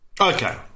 Okay